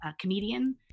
Comedian